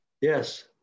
Yes